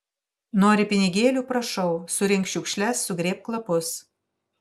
nori pinigėlių prašau surink šiukšles sugrėbk lapus